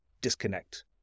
disconnect